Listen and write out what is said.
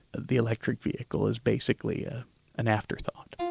the electric vehicle is basically ah an afterthought.